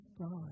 God